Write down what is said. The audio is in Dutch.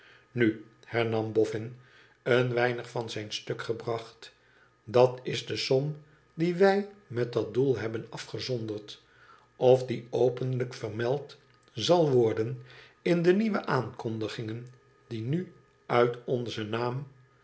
nu hernam boffin een weinig van zijn stuk gebracht dat is de som die wij met dat doel hebben afgezonderd of die openlijk vermeld worden in de nieuwe aankondigingen die nu uit onzen naam